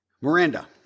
Miranda